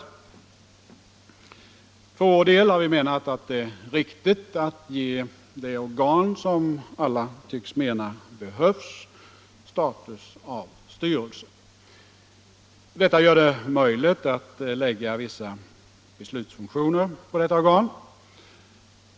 För vår del har vi menat att det är riktigt att ge det organ som alla tycks mena behövs status av styrelse. Därigenom blir det möjligt att lägga vissa beslutsfunktioner på detta organ.